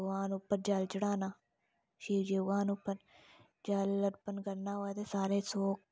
भगवान उप्पर जल चढ़ाना शिवजी भगवान उप्पर जल अर्पण करना सारे सौ